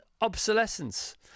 obsolescence